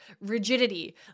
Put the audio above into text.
rigidity